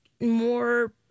more